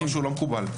לא מקובל.